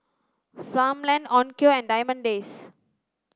Farmland Onkyo and Diamond Days